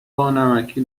بانمکی